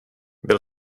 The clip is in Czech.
byl